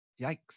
Yikes